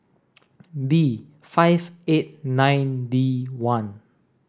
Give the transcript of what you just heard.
B five eight nine D one